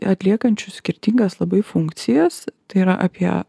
atliekančių skirtingas labai funkcijas tai yra apie